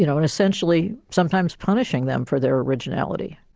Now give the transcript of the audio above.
you know and essentially sometimes punishing them for their originality.